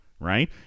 Right